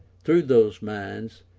through those minds,